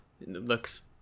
Looks